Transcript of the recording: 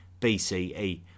BCE